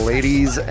Ladies